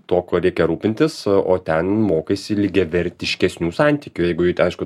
tuo kuo reikia rūpintis o ten mokaisi lygiavertiškesnių santykių jeigu jau aišku